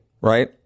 right